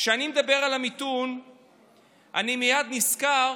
כשאני מדבר על המיתון אני מייד נזכר